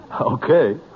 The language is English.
Okay